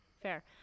Fair